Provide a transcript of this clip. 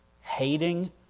Hating